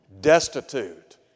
destitute